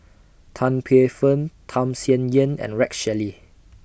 Tan Paey Fern Tham Sien Yen and Rex Shelley